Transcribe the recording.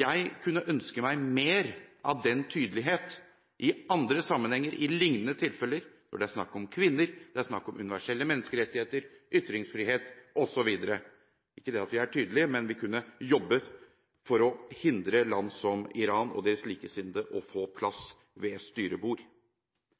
Jeg kunne ønske meg mer av den tydeligheten i andre sammenhenger og i lignende tilfeller når det er snakk om kvinner, det er snakk om universelle menneskerettigheter, ytringsfrihet osv. – ikke bare at vi er tydelige, men vi kunne jobbet for å hindre land som Iran og dets likesinnede i å få plass ved styrebord.